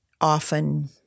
often